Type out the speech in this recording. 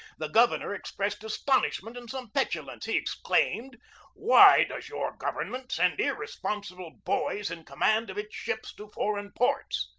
the governor expressed astonishment and some petulance. he exclaimed why does your government send irresponsible boys in command of its ships to foreign ports?